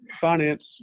finance